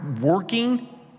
working